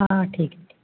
हां ठीक आहे ठीक आहे